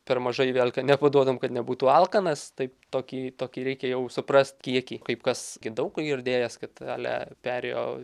per mažai vėl kad nepaduotum kad nebūtų alkanas taip tokį tokį reikia jau suprast kiekį kaip kas gi daug ką girdėjęs kad ale perėjo